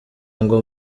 ngo